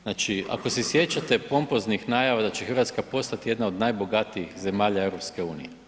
Znači, ako se sjećate pomopoznih najava da će Hrvatska postati jedna od najbogatijih zemalja EU.